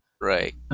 Right